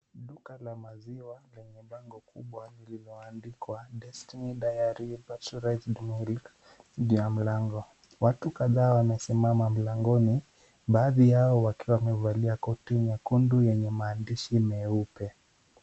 Duka la maziwa lenye bango kubwa lililoandikwa Destiny Dairies Pastuarized Milk juu ya mlango. Watu kadhaa wamesimama mlangoni baadhi yao wakiwa wamevalia koti nyekundu yenye maandishi meupe.